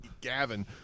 Gavin